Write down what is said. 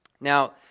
Now